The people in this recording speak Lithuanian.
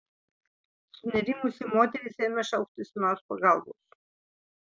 sunerimusi moteris ėmė šauktis sūnaus pagalbos